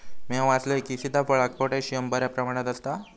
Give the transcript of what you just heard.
म्या वाचलंय की, सीताफळात पोटॅशियम बऱ्या प्रमाणात आसता